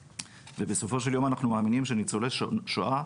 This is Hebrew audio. בסופו של יום אנחנו מאמינים שניצולי שואה,